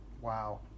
Wow